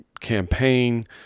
campaign